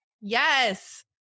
Yes